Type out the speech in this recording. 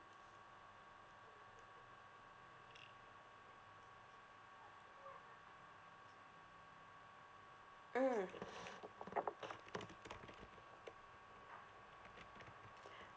mm